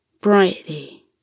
brightly